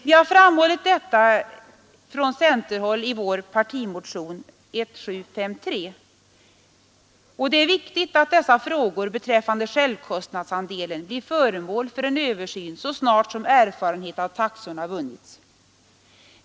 Vi har från centerhåll i vår partimotion 1753 framhållit att det är viktigt att dessa frågor beträffande självkostnadsandelen blir föremål för en översyn så snart erfarenhet av taxorna vunnits.